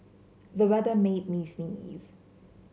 the weather made me sneeze